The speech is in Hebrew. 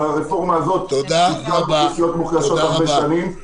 אבל הרפורמה הזאת תפגע באוכלוסיות מוחלשות הרבה שנים,